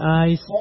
eyes